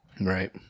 right